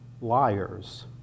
liars